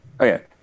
Okay